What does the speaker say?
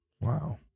Wow